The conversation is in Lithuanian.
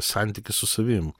santykis su savim